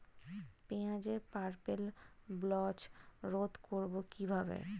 পেঁয়াজের purple blotch রোধ করবো কিভাবে?